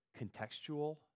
contextual